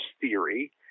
theory